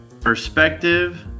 perspective